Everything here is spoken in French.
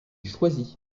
choisit